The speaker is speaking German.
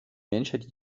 menschheit